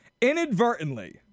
inadvertently